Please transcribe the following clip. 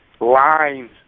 lines